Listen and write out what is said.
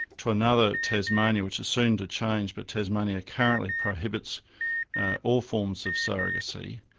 to another, tasmania, which is soon to change, but tasmania currently prohibits all forms of surrogacy,